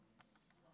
אבל